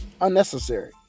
unnecessary